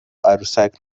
عروسک